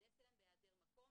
להיכנס אליהם בהיעדר מקום,